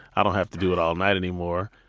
i don't have to do it all night anymore.